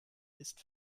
ist